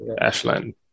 Ashland